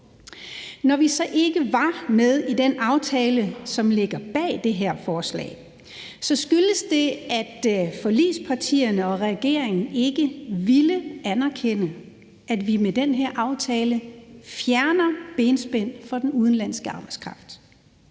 Når vi så ikke var med i den aftale, som ligger bag det her forslag, så skyldes det, at forligspartierne og regeringen ikke ville anerkende, at vi med den her aftale fjerner benspænd for den udenlandske arbejdskraft.